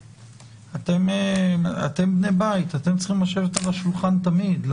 אתם בני בית, אתם צריכים לשבת על השולחן תמיד.